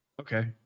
Okay